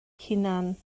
hunain